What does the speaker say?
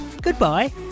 Goodbye